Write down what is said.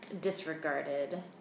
disregarded